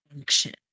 action